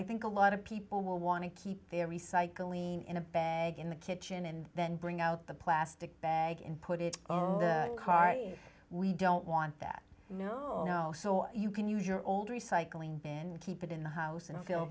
i think a lot of people will want to keep their recycling in a bag in the kitchen and then bring out the plastic bag and put it on the car we don't want that no no so you can use your old recycling bin keep it in the house and f